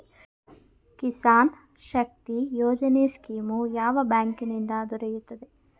ಕಿಸಾನ್ ಶಕ್ತಿ ಯೋಜನೆ ಸ್ಕೀಮು ಯಾವ ಬ್ಯಾಂಕಿನಿಂದ ದೊರೆಯುತ್ತದೆ?